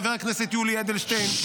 חבר הכנסת יולי אדלשטיין,